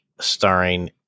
starring